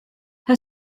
her